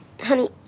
Honey